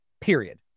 period